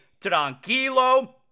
tranquilo